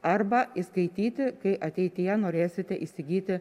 arba įskaityti kai ateityje norėsite įsigyti